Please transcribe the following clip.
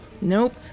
Nope